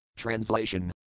Translation